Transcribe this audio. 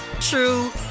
true